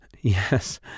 Yes